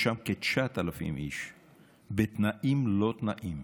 יש שם כ-9,000 איש בתנאים לא תנאים.